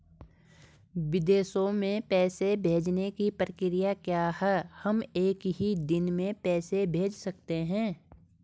विदेशों में पैसे भेजने की प्रक्रिया क्या है हम एक ही दिन में पैसे भेज सकते हैं?